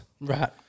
Right